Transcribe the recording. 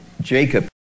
Jacob